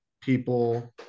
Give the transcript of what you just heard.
people